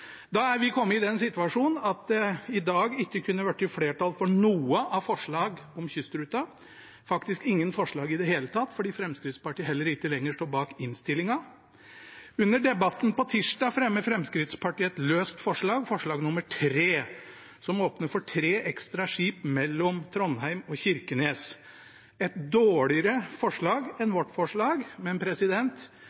Da er vi kommet i den situasjon at det i dag ikke kunne blitt flertall for noen av forslagene om kystruten – faktisk ingen forslag i det hele tatt, fordi Fremskrittspartiet heller ikke lenger står bak innstillingen. Under debatten på tirsdag fremmet Fremskrittspartiet et løst forslag, forslag nr. 3, som åpner for tre ekstra skip mellom Trondheim og Kirkenes. Det er et dårligere forslag enn